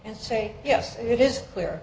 and say yes it is clear